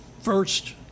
first